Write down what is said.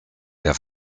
der